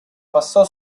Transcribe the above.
passò